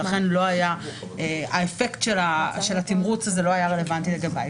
ולכן האפקט של התמרוץ הזה לא היה רלוונטי לגביי,